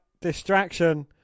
distraction